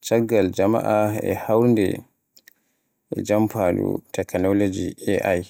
caggal jama'a e hawrnde e jamfaadu teknolooji AI